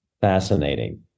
Fascinating